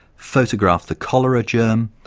photographed the cholera germ,